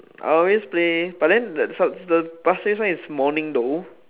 I always play but than the the Pasir-Ris one is morning one though